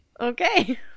Okay